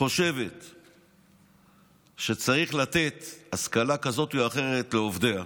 חושבת שצריך לתת השכלה כזאת או אחרת לעובדיה,